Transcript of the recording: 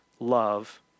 love